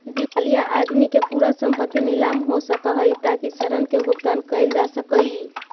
दिवालिया आदमी के पूरा संपत्ति नीलाम हो सकऽ हई ताकि ऋण के भुगतान कैल जा सकई